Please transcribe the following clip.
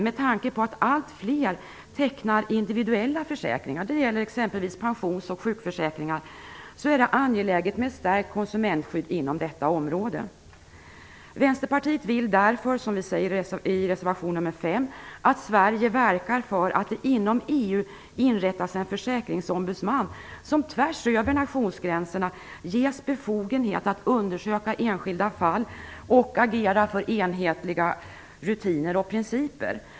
Med tanke på att alltfler personer tecknar individuella försäkringar - det gäller exempelvis pensions och sjukförsäkringar - är det angeläget med ett stärkt konsumentskydd inom detta område. Vänsterpartiet vill därför, som vi säger i reservation 5, att Sverige verkar för att det inom EU inrättas en försäkringsombudsman som tvärsöver nationsgränserna ges befogenhet att undersöka enskilda fall och agera för enhetliga rutiner och principer.